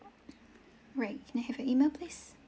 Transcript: alright can I have your email please